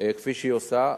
כפי שהיא עושה.